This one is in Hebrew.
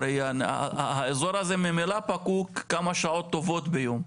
הרי האזור הזה ממילא פקוק כמה שעות טובות ביום.